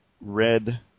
red